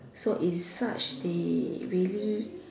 so in such they really